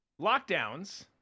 lockdowns